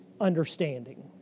understanding